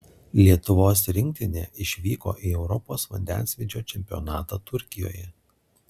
lietuvos rinktinė išvyko į europos vandensvydžio čempionatą turkijoje